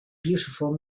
beautiful